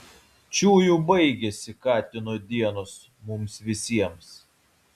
čiuju baigėsi katino dienos mums visiems